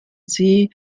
sie